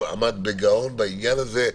עמד בגאון בעניין הזה,